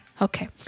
Okay